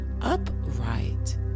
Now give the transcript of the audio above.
upright